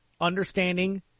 understanding